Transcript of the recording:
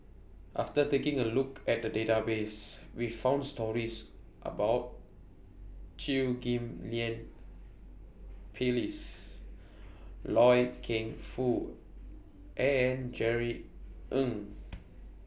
after taking A Look At The Database We found stories about Chew Ghim Lian Phyllis Loy Keng Foo and Jerry Ng